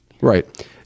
Right